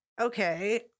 Okay